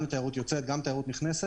גם לתיירות יוצאת וגם נכנסת.